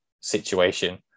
situation